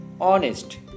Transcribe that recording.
honest